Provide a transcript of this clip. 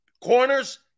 corners